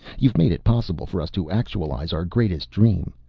you've made it possible for us to actualize our greatest dream.